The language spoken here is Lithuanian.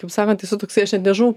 kaip sakan esu toksai aš net nežinau